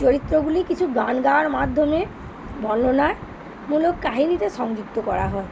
চরিত্রগুলি কিছু গান গাওয়ার মাধ্যমে বর্ণনামূলক কাহিনিতে সংযুক্ত করা হয়